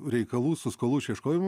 reikalų su skolų išieškojimų